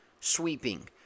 sweeping